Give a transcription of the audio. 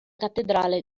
cattedrale